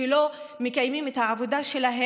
שלא מקיימים את העבודה שלהם,